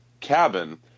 cabin